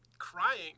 crying